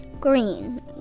green